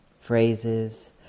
phrases